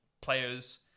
players